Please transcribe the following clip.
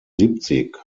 siebzig